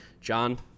John